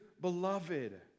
beloved